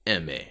MA